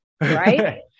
right